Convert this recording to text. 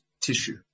tissue